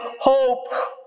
hope